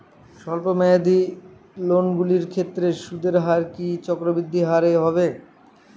স্বল্প মেয়াদী লোনগুলির ক্ষেত্রে সুদের হার কি চক্রবৃদ্ধি হারে হবে?